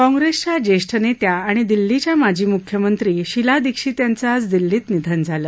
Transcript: कॉप्रेसच्या ज्येष्ठ नेत्या आणि दिल्लीच्या माजी मुख्यमंत्री शिला दीक्षित यांचं आज दिल्लीत निधन झालं